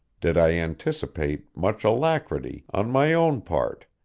did i anticipate much alacrity on my own part,